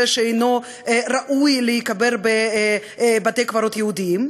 שאינו ראוי להיקבר בבתי-קברות יהודיים,